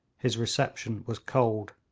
his reception was cold.